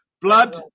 Blood